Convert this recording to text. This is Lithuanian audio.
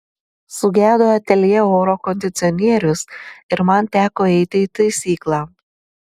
sugedo ateljė oro kondicionierius ir man teko eiti į taisyklą